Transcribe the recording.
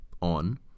on